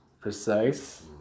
precise